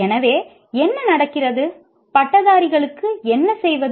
எனவே என்ன நடக்கிறது பட்டதாரிகளுக்கு என்ன செய்வது